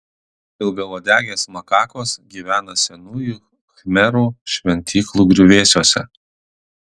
ilgauodegės makakos gyvena senųjų khmerų šventyklų griuvėsiuose